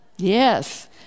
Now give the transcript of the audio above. Yes